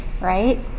right